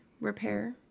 Repair